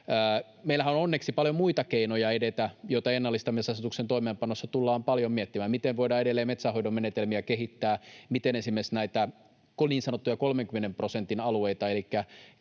Meillähän on onneksi paljon muita keinoja edetä, joita ennallistamisasetuksen toimeenpanossa tullaan paljon miettimään. Miten voidaan edelleen metsänhoidon menetelmiä kehittää? Miten esimerkiksi näitä niin sanottuja 30 prosentin alueita,